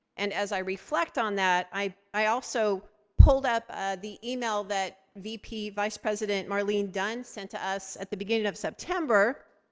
and as i reflect on that i i also pulled up ah the email that vp, vice president marlene dunn sent to us at the beginning of september.